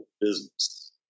business